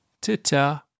ta-ta